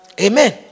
Amen